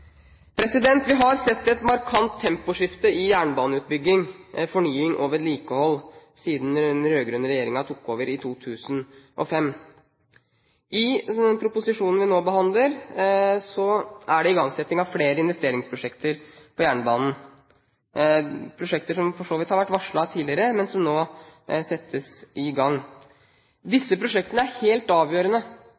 Vi har sett et markant temposkifte i jernbaneutbygging, -fornying og -vedlikehold siden den rød-grønne regjeringen tok over i 2005. I proposisjonen vi nå behandler, er det flere av investeringsprosjektene på jernbanen, prosjekter som for så vidt har vært varslet tidligere, men som nå settes i gang.